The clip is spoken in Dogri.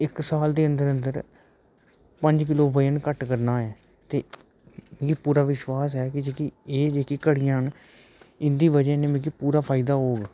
इक साल दे अंदर अंदर पंज किलो बजन घट्ट करना ऐ ते मिगी पूरा विश्वास ऐ की जेह्की एह् जेह्की घड़ियां न इं'दी बजह् नै मिगी पूरा फायदा होग